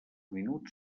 minuts